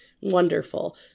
wonderful